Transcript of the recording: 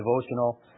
devotional